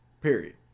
Period